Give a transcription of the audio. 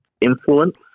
influence